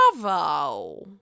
Bravo